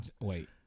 wait